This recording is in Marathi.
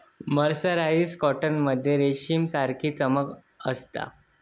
मर्सराईस्ड कॉटन मध्ये रेशमसारी चमक असता